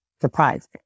Surprise